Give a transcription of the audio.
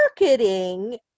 marketing